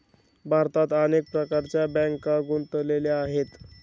भारतात अनेक प्रकारच्या बँका गुंतलेल्या आहेत